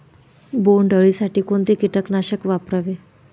बोंडअळी साठी कोणते किटकनाशक वापरावे?